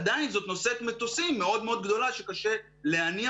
עדיין זאת נושאת-מטוסים מאוד מאוד גדולה שקשה להניע